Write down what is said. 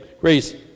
grace